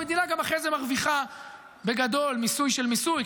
המדינה גם אחרי זה מרוויחה בגדול מיסוי של מיסוי,